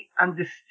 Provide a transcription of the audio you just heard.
understood